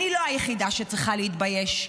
אני לא היחידה שצריכה להתבייש.